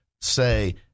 say